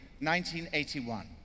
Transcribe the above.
1981